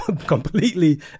completely